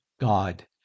God